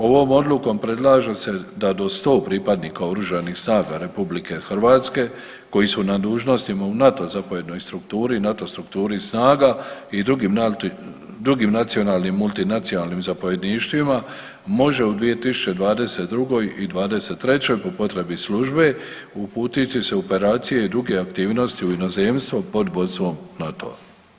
Ovom odlukom predlaže se da do 100 pripadnika OSRH koji su na dužnostima u NATO zapovjednoj strukturi, NATO strukturi snaga i drugim nacionalnim i multinacionalnim zapovjedništvima, može u 2022. i '23. po potrebi službe uputiti se u operacije i druge aktivnosti u inozemstvo pod vodstvom NATO-a.